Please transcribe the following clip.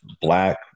black